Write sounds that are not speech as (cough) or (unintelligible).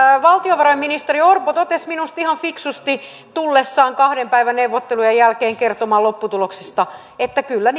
valtiovarainministeri orpo totesi minusta ihan fiksusti tullessaan kahden päivän neuvottelujen jälkeen kertomaan lopputuloksesta että kyllä (unintelligible)